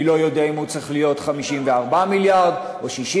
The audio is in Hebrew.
אני לא יודע אם הוא צריך להיות 54 מיליארד או 64